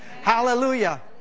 Hallelujah